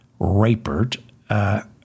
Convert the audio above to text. Rapert